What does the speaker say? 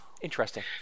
Interesting